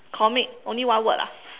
comic only one word ah